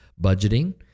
budgeting